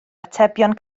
atebion